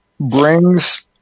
brings